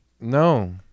No